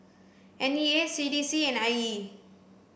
N E A C D C and I E